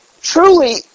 Truly